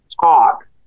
talk